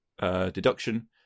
deduction